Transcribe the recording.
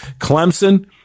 Clemson